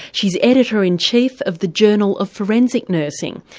she's editor-in-chief of the journal of forensic nursing.